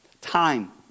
Time